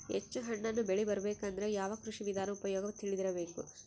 ಹೆಚ್ಚು ಹಣ್ಣನ್ನ ಬೆಳಿ ಬರಬೇಕು ಅಂದ್ರ ಯಾವ ಕೃಷಿ ವಿಧಾನ ಉಪಯೋಗ ತಿಳಿದಿರಬೇಕು?